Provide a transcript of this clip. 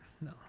No